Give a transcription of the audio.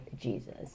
Jesus